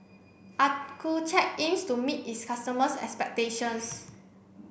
Accucheck aims to meet its customers' expectations